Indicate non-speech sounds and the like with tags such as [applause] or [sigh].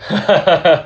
[laughs]